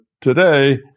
today